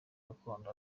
gakondo